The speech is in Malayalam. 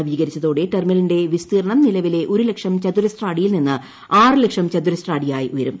നവീകരിച്ചതോടെ ടെർമിനലിന്റെ വിസ്തീർണ്ണം നിലവിലെ ഒരുലക്ഷം ചെയ്യു്രശ്ര അടിയിൽ നിന്ന് ആറ് ലക്ഷം ചതുരശ്ര അടിയായി ്ളയ്ക്കും